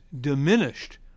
diminished